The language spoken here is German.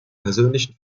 persönlichen